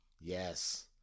yes